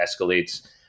escalates